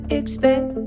expect